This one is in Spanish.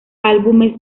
álbumes